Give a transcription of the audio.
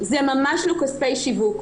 זה ממש לא כספי שיווק,